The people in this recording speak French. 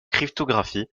cryptographie